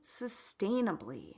sustainably